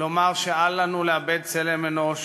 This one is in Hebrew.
לומר שאל לנו לאבד צלם אנוש